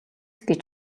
гэж